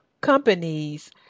companies